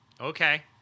okay